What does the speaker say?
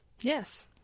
Yes